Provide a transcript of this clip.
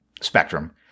spectrum